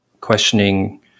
questioning